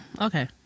Okay